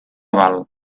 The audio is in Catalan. val